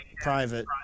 private